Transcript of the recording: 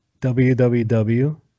www